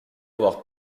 avoir